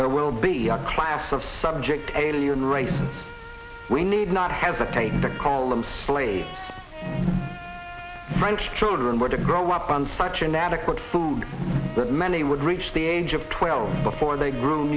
there will be a class of subject alien race we need not hesitate to call them play frank children were to grow up on such inadequate food that many would reach the age of twelve before they gr